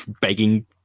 begging